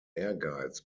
ehrgeiz